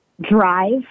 drive